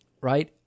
Right